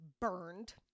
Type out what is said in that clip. burned